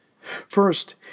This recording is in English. First